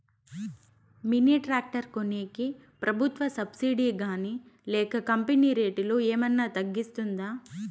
Mini tractor కొనేకి ప్రభుత్వ subsidy గాని లేక కంపెని రేటులో ఏమన్నా తగ్గిస్తుందా?